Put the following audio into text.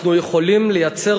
אנחנו יכולים לייצר